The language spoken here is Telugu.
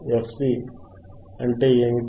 fC అంటే ఏమిటి